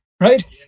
right